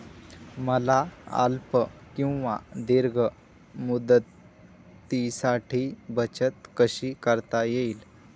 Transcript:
मला अल्प किंवा दीर्घ मुदतीसाठी बचत कशी करता येईल?